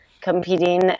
competing